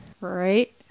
Right